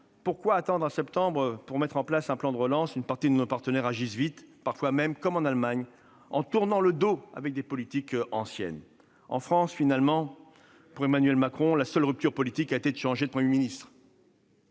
pourquoi attendez-vous septembre pour mettre en place un plan de relance ? Une partie de nos partenaires agissent vite, parfois même, comme en Allemagne, en tournant le dos aux politiques anciennes. En France, finalement, pour Emmanuel Macron, la seule rupture politique a été de changer de Premier ministre.